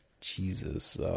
Jesus